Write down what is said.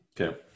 Okay